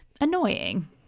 annoying